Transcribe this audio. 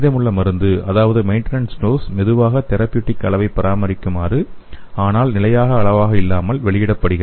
மீதமுள்ள மருந்து அதாவது மெயின்டனன்ஸ் டோஸ் மெதுவாக தெரப்யூடிக் அளவை பராமரிக்குமாறு ஆனால் நிலையான அளவாக இல்லாமல் வெளியிடப்படுகிறது